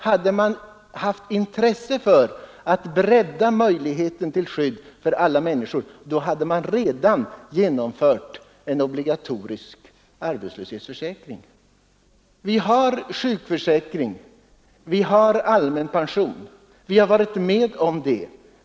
Hade man haft intresse av att utsträcka möjligheten till skydd till alla människor, hade man redan genomfört en obligatorisk arbetslöshetsförsäkring. Vi har varit med om att genomföra sjukförsäkringen och den allmänna pensionen, vi har varit förkämpar för det.